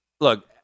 look